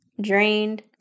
drained